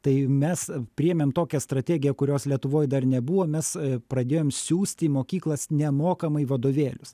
tai mes priėmėm tokią strategiją kurios lietuvoj dar nebuvo mes pradėjom siųst į mokyklas nemokamai vadovėlius